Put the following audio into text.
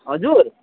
हजुर